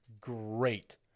great